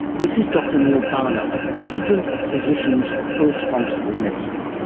this is dr neal barnard, president of physicians for responsible medicine.